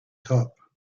top